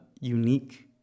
unique